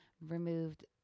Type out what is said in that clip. removed